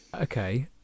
Okay